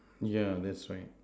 yeah that's right